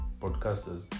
podcasters